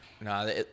No